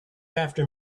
after